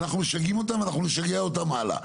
אנחנו משגעים אותם ואנחנו נשגע אותם הלאה.